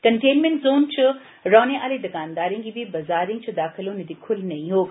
कंटेनमैंअ zone च रौह्ने आले दकानदारें गी बी बजारें च दाखल होने दी खुल्ल नेई होग